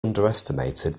underestimated